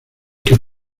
que